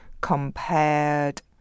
compared